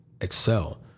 excel